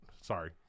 sorry